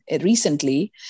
recently